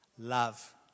Love